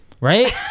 Right